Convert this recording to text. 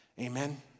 Amen